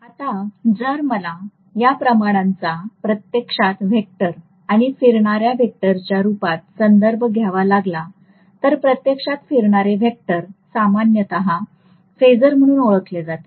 आता जर मला या प्रमाणांचा प्रत्यक्षात व्हेक्टर किंवा फिरणार्या व्हेक्टरच्या रूपात संदर्भ घ्यावा लागला तर प्रत्यक्षात फिरणारे व्हेक्टर सामान्यत फेजर म्हणून ओळखले जाते